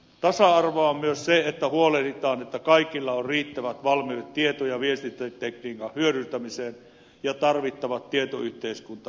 tasa arvoa on myös se että huolehditaan että kaikilla on riittävät valmiudet tieto ja viestintätekniikan hyödyntämiseen ja tarvittavat tietoyhteiskunta ja mediataidot